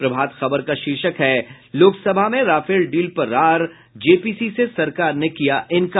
प्रभात खबर का शीर्षक है लोकसभा में राफेल डील पर रार जेपीसी से सरकार ने किया इंकार